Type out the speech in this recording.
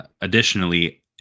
Additionally